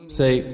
say